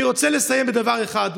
אני רוצה לסיים בדבר אחד,